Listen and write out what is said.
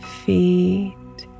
feet